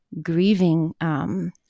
grieving